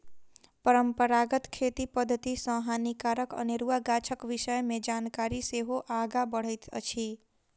परंपरागत खेती पद्धति सॅ हानिकारक अनेरुआ गाछक विषय मे जानकारी सेहो आगाँ बढ़ैत अछि